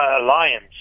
alliance